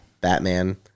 Batman